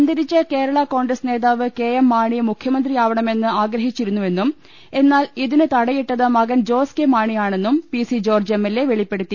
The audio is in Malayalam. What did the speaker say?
അന്തരിച്ച കേരള കോൺഗ്രസ് നേതാവ് കെ എം മാണി മുഖ്യ മന്ത്രിയാവണമെന്ന് ആഗ്രഹിച്ചിരുന്നു വെന്നും എന്നാൽ ഇതിന് തടയിട്ടത് മകൻ ജോസ് കെ മാണിയാണെന്നും പി ്സി ജോർജ്ജ് എംഎൽഎ വെളിപ്പെടുത്തി